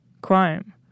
crime